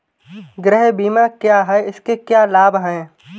गृह बीमा क्या है इसके क्या लाभ हैं?